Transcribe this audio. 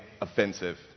offensive